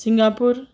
Singapore